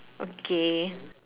okay